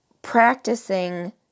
Practicing